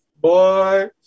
Boy